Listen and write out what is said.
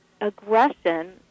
aggression